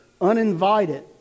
uninvited